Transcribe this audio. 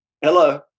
hello